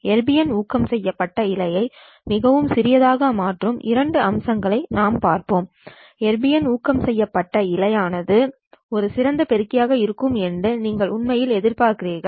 erbium ஊக்கம் செய்யப்பட்ட இழையை மிகவும் சிறந்ததாக மாற்றும் இரண்டு அம்சங்களை நாம் பார்ப்போம் எர்பியம் ஊக்கம் செய்யப்பட்ட இழை ஆனது ஒரு சிறந்த பெருக்கியாக இருக்கும் என்று நீங்கள் உண்மையில் எதிர்பார்க்கிறீர்கள்